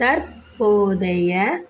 தற்போதைய